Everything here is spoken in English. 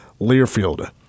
Learfield